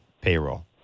payroll